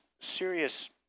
serious